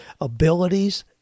abilities